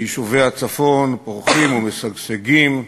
ויישובי הצפון פורחים ומשגשגים,